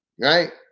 Right